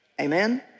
Amen